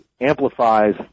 amplifies